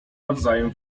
nawzajem